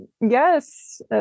Yes